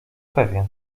pewien